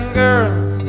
girls